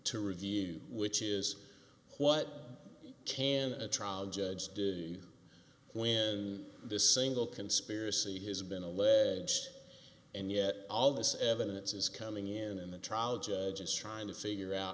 to review which is what can a trial judge do when this single conspiracy has been alleged and yet all this evidence is coming in in the trial judge is trying to figure out